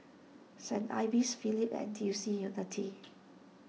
Saint Ives Phillips N T U C Unity